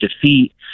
defeat